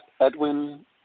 Edwin